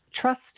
trust